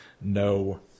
no